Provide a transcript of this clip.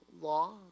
law